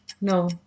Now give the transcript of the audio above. No